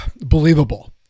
believable